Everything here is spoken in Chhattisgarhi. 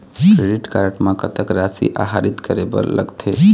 क्रेडिट कारड म कतक राशि आहरित करे बर लगथे?